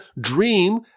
dream